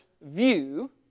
view